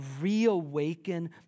reawaken